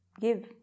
give